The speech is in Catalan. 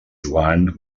joan